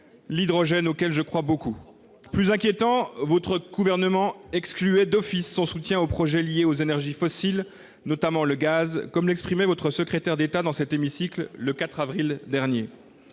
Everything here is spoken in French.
l'hydrogène, auquel je crois beaucoup. Plus inquiétant, le Gouvernement excluait d'office son soutien aux projets liés aux énergies fossiles, notamment le gaz, comme l'exprimait votre secrétaire d'État dans cet hémicycle le 4 avril dernier.